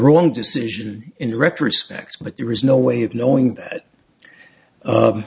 wrong decision in retrospect but there was no way of knowing